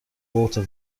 water